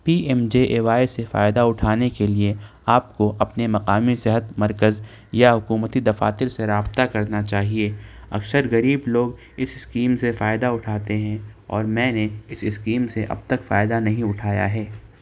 P M J A Y سے فائدہ اٹھانے کے لیے آپ کواپنے مقامی صحت مرکز یا حکومتی دفاتر سے رابطہ کرنا چاہیے اکثر غریب لوگ اس اسکیم سے فایدہ اٹھاتے ہیں اور میں نے اس اسکیم سے اب تک فائدہ نہیں اٹھایا ہے